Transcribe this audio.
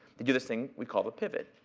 they do this thing we call the pivot.